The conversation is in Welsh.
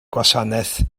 gwasanaeth